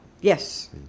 Yes